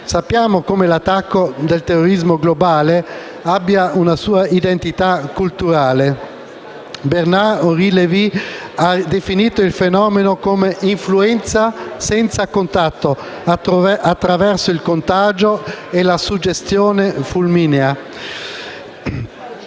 Sappiamo come l'attacco del terrorismo globale abbia una sua identità culturale. Bernard-Henri Lévy ha definito il fenomeno come: «l'influenza senza contatto, attraverso il contagio e la suggestione fulminea».